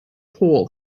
hole